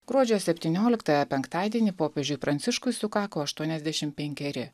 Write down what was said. gruodžio septynioliktąją penktadienį popiežiui pranciškui sukako aštuoniasdešim penkeri